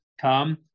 come